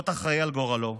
להיות אחראי לגורלו.